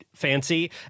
Fancy